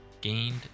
gained